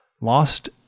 lost